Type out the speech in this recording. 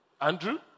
Andrew